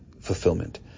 fulfillment